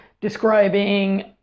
describing